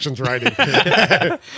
writing